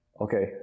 Okay